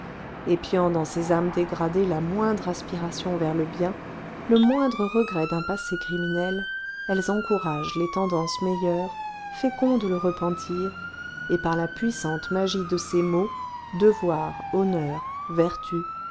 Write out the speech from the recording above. épiant dans ces âmes dégradées la moindre aspiration vers le bien le moindre regret d'un passé criminel elles encouragent les tendances meilleures fécondent le repentir et par la puissante magie de ces mots devoir honneur vertu